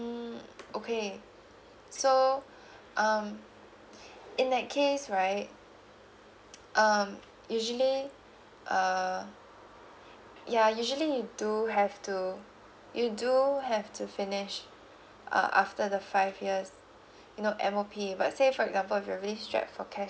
mm okay so um in that case right um usually uh ya usually you do have to you do have to finish uh after the five years you know M_O_P but say for example if you're really strapped for cash